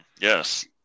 yes